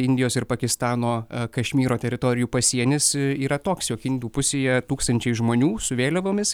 indijos ir pakistano kašmyro teritorijų pasienis yra toks jog indų pusėje tūkstančiai žmonių su vėliavomis